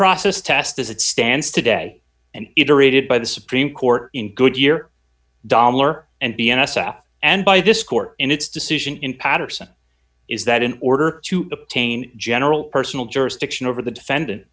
process test as it stands today and iterated by the supreme court in goodyear dollar and the n s f and by this court in its decision in patterson is that in order to obtain general personal jurisdiction over the defendant